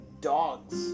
dogs